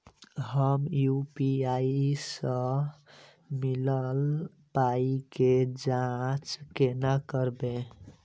हम यु.पी.आई सअ मिलल पाई केँ जाँच केना करबै?